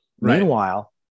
Meanwhile